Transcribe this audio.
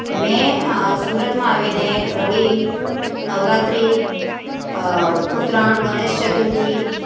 મેં સુરતમાં આવીને હોળી નવરાત્રી ઉત્તરાયણ ગણેશ ચતુર્થી